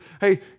hey